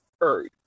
earth